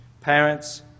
parents